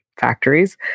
factories